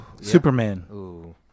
Superman